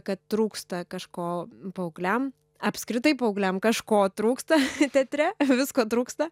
kad trūksta kažko paaugliam apskritai paaugliam kažko trūksta teatre visko trūksta